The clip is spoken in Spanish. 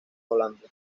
hablando